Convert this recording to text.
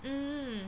mm